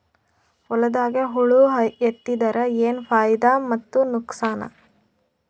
ಹೊಲದಾಗ ಹುಳ ಎತ್ತಿದರ ಏನ್ ಫಾಯಿದಾ ಮತ್ತು ನುಕಸಾನ?